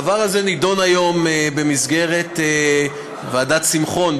הדבר הזה נדון היום במסגרת ועדת שמחון,